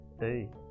Hey